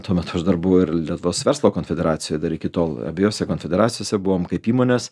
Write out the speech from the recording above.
tuo metu aš dar buvau ir lietuvos verslo konfederacijoj dar iki tol abiejuose konfederacijose buvom kaip įmonės